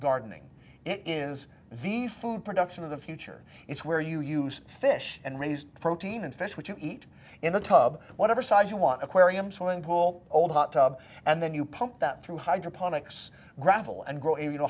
gardening it is the food production of the future it's where you use fish and raised protein and fish what you eat in the tub whatever size you want aquarium soiling pool old hot tub and then you pump that through hydroponics gravel